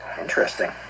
interesting